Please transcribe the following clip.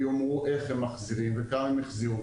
ויאמרו איך הם מחזירים וכמה הם החזירו.